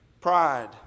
Pride